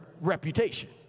reputation